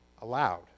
allowed